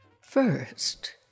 First